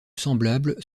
semblables